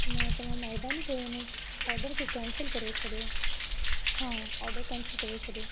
न तव्हां महिरबानी कयो इन ऑडर खे कैंसिल कर छॾियो हा ऑडर कैंसिल करे छॾियो